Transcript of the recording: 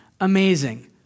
Amazing